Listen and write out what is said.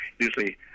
usually